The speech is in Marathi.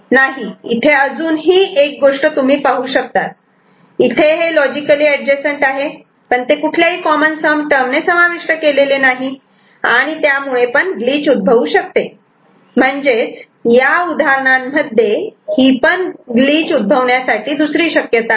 नाही इथे अजून ही एक गोष्ट तुम्ही पाहू शकतात इथे हे लॉजिकली एडजसंट आहे पण ते कुठल्याही कॉमन सम टर्मणे समाविष्ट केलेले नाही आणि त्यामुळे पण ग्लिच उद्भवू शकते म्हणजेच या उदाहरणांमध्ये ही पण ग्लिच उद्भवण्यासाठी दुसरी शक्यता आहे